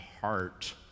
heart